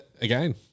Again